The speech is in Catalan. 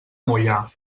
moià